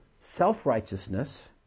self-righteousness